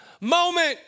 moment